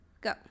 go